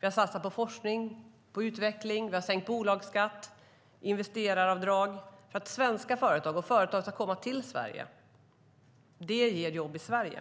Vi har satsat på forskning och på utveckling. Vi har sänkt bolagsskatt, och vi inför investeraravdrag för att företag ska komma till Sverige. Det ger jobb i Sverige.